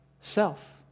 self